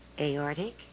Aortic